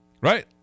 Right